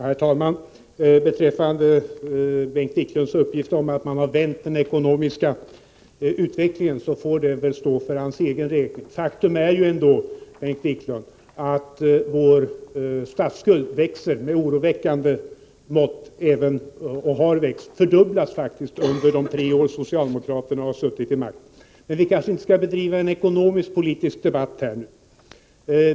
Herr talman! Bengt Wiklunds uppgift att socialdemokraterna har vänt den ekonomiska utvecklingen får stå för hans räkning. Faktum är, Bengt Wiklund, att vår statsskuld växer med oroväckande hastighet, den har faktiskt fördubblats under de tre år som socialdemokraterna har suttit vid makten. Men vi kanske inte skall föra en ekonomisk-politisk debatt nu.